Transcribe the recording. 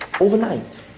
overnight